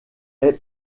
est